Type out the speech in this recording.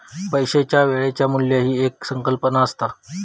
पैशाच्या वेळेचा मू्ल्य ही एक संकल्पना असता